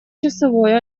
часовой